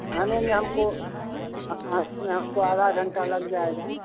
आने में हमको हमको आधा घंटा लग जाएगा